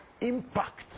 impact